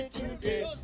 today